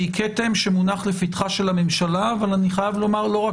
שמונח בפתחה של הממשלה, אך לא רק